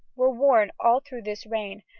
were worn all through this reign,